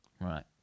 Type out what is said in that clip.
Right